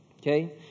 Okay